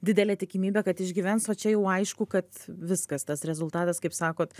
didelė tikimybė kad išgyvens o čia jau aišku kad viskas tas rezultatas kaip sakot